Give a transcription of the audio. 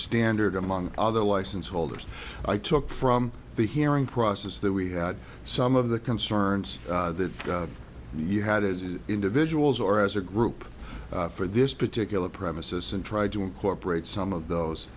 standard among other license holders i took from the hearing process that we had some of the concerns that you had as individuals or as a group for this particular premises and tried to incorporate some of those